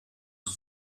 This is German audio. zur